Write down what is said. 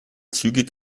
zügig